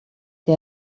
que